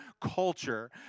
culture